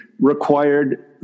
required